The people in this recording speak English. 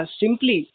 simply